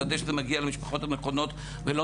לוודא שזה מגיע למשפחות הנכונות ולא